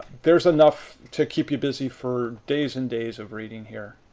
there's enough to keep you busy for days and days of reading here.